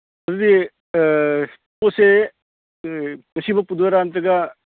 ꯑꯗꯨꯗꯤ ꯄꯣꯠꯁꯦ ꯉꯁꯤꯃꯛ ꯄꯨꯗꯣꯏꯔꯥ ꯅꯠꯇ꯭ꯔꯒ